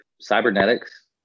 Cybernetics